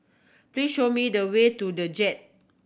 please show me the way to The Jade